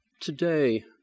Today